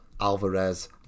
Alvarez